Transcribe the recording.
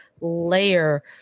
layer